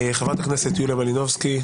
חברת הכנסת יוליה מלינובסקי.